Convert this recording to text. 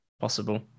possible